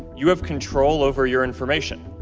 you have control over your information.